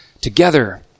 together